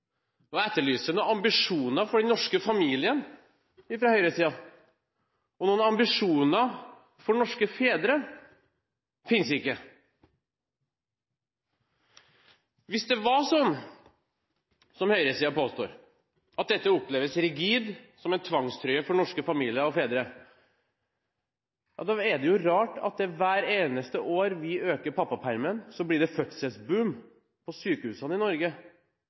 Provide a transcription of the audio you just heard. vilje. Jeg etterlyser noen ambisjoner for den norske familien fra høyresiden, og noen ambisjoner for norske fedre finnes ikke. Hvis det var slik som høyresiden påstår, at dette oppleves rigid, som en tvangstrøye for norske familier og fedre, er det rart at hvert eneste år vi øker pappapermen, blir det fødselsboom på sykehusene i Norge